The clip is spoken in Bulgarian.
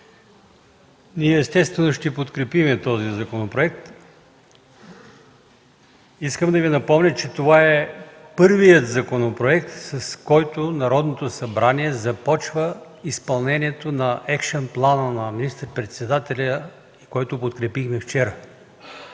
Ние естествено ще подкрепим този законопроект. Искам да Ви напомня, че това е първият законопроект, с който Народното събрание започва изпълнението на екшън плана на министър-председателя, който подкрепихме вчера